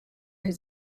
his